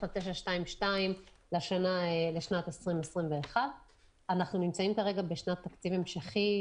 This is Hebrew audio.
ל-922 לשנת 2021. אנחנו נמצאים כרגע בשנת תקציב המשכי,